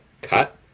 cut